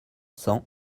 cents